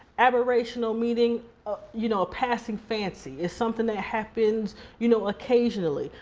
aberrational meaning ah you know, a passing fancy, it's something that happens you know occasionally.